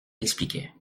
expliquait